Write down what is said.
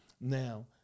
Now